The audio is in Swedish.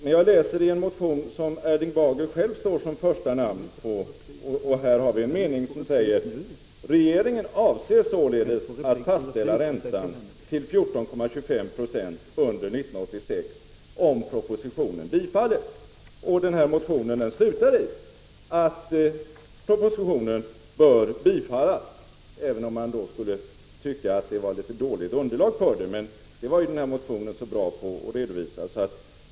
Men jag läser följande i en motion där Erling Bager själv är huvudmotionär: ”Regeringen avser således att fastställa räntan till 14,25 90 under 1986 om propositionen bifalles.” Motionen utmynnar så småningom i en hemställan om bifall till propositionen. Man kan tycka att underlaget för detta är litet dåligt, men det har ju redovisats ordentligt i den här motionen.